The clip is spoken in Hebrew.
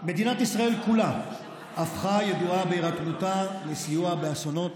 מדינת ישראל כולה הפכה ידועה בהירתמותה לסיוע באסונות,